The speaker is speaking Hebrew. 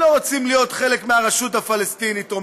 חלק מהרשות הפלסטינית.